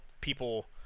people